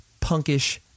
punkish